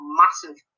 massive